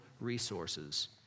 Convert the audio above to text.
resources